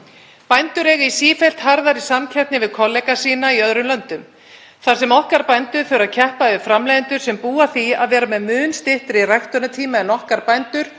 Bændur eiga í sífellt harðari samkeppni við kollega sína í öðrum löndum þar sem okkar bændur þurfa að keppa við framleiðendur sem búa að því að vera með mun styttri ræktunartíma en okkar bændur